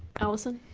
alison?